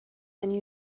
than